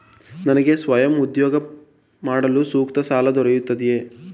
ನನಗೆ ಸ್ವಯಂ ಉದ್ಯೋಗ ಮಾಡಲು ಸೂಕ್ತ ಸಾಲ ದೊರೆಯುತ್ತದೆಯೇ?